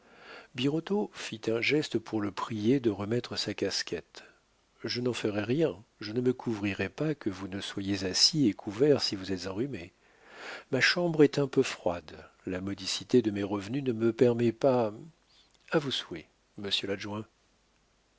birotteau fit un geste pour le prier de remettre sa casquette je n'en ferai rien je ne me couvrirai pas que vous ne soyez assis et couvert si vous êtes enrhumé ma chambre est un peu froide la modicité de mes revenus ne me permet pas a vos souhaits monsieur